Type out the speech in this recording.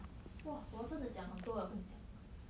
!wah! 我真的讲很多 liao 跟你讲